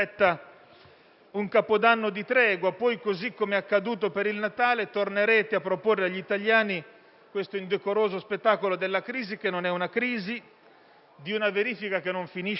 un Capodanno di tregua; poi, così come accaduto per il Natale, tornerete a proporre agli italiani questo indecoroso spettacolo della crisi che non è una crisi, di una verifica che non finisce mai,